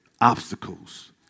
obstacles